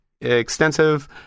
extensive